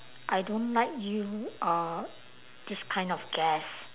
I don't like you uh this kind of guest